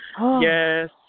Yes